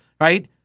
right